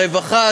הרווחה,